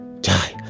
die